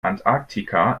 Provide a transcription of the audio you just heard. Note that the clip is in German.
antarktika